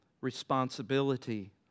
responsibility